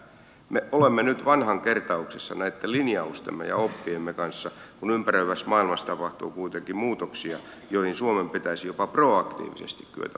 me olemme nyt vanhan kertauksessa näitten linjaustemme ja oppiemme kanssa kun ympäröivässä maailmassa tapahtuu kuitenkin muutoksia joihin suomen pitäisi jopa proaktiivisesti kyetä vaikuttamaan